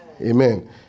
Amen